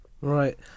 Right